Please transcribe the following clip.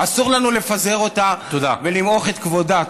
אסור לנו לפזר אותה ולמעוך את כבודה.